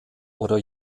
oder